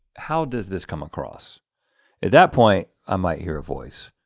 how does this come across? at that point, i might hear a voice.